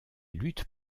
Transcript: lutte